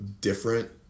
different